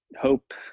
hope